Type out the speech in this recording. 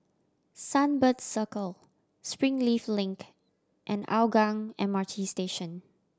Sunbird Circle Springleaf Link and Hougang M R T Station